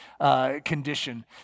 condition